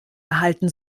erhalten